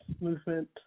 movement